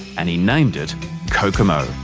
and he named it kokomo.